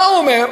מה הוא אומר?